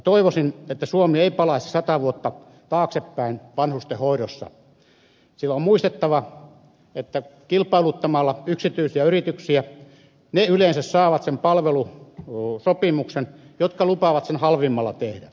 toivoisin että suomi ei palaisi sata vuotta taaksepäin vanhustenhoidossa sillä on muistettava että kilpailuttamalla yksityisiä yrityksiä sen palvelusopimuksen saavat yleensä ne jotka lupaavat sen halvimmalla tehdä